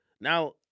Now